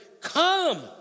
come